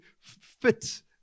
fit